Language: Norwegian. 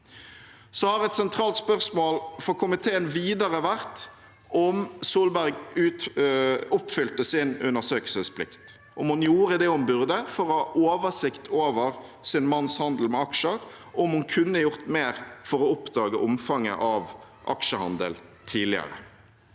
Et sentralt spørsmål for komiteen videre har vært om Solberg oppfylte sin undersøkelsesplikt – om hun gjorde det hun burde for å ha oversikt over sin manns handel med aksjer, og om hun kunne gjort mer for å oppdage omfanget av aksjehandel tidligere.